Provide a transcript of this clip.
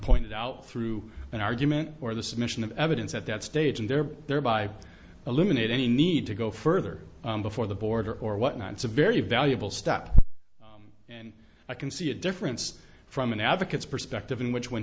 point out through an argument or the submission of evidence at that stage and there thereby eliminate any need to go further before the border or whatnot it's a very valuable step and i can see a difference from an advocate's perspective in which when